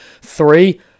Three